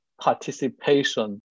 participation